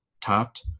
topped